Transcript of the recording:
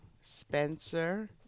Spencer